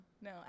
no